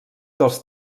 dels